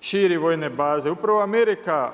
širi vojne baze, upravo Amerika